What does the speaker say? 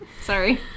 Sorry